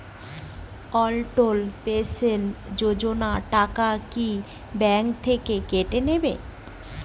অটল pension Yojana টাকা কি bank থেকে কেটে নেবে?